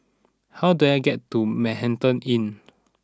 how do I get to Manhattan Inn